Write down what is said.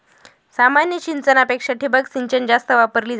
सामान्य सिंचनापेक्षा ठिबक सिंचन जास्त वापरली जाते